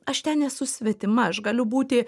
aš ten esu svetima aš galiu būti